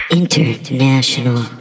international